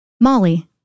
Molly